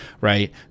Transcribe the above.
right